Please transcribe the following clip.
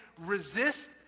resist